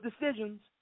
decisions